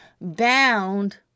bound